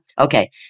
Okay